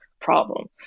problem